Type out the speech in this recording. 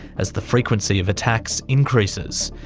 as the frequency of attacks increases.